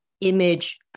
image